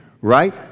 right